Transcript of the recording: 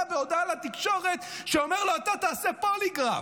בהודעה לתקשורת ואומר לו: אתה תעשה פוליגרף.